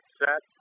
set